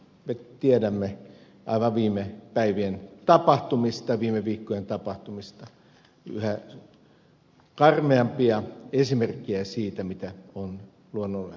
me tiedämme aivan viime päivien tapahtumista viime viikkojen tapahtumista yhä karmeampia esimerkkejä siitä mitä on luonnolle tapahtumassa